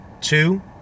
two